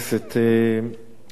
ברשותך,